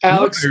Alex